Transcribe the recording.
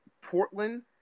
portland